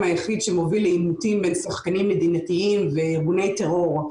היחיד שמוביל לעימותים בין שחקנים מדינתיים וארגוני טרור,